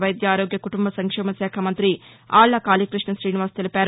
వైద్య ఆరోగ్య కుటుంబ సంక్షేమ శాఖ మంతి ఆళ్ల కాళీకృష్ణ శ్రీనివాస్ తెలిపారు